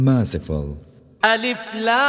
Merciful